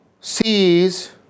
sees